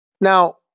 Now